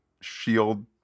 shield